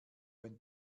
ein